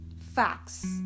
facts